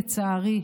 לצערי,